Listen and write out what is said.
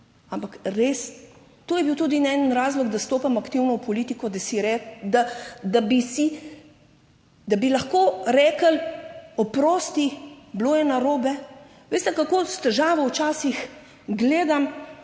ampak res, to je bil tudi en razlog, da stopim aktivno v politiko, da si, da bi si, da bi lahko rekli, oprosti, bilo je narobe. Veste, kako s težavo včasih gledam